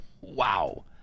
Wow